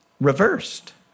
reversed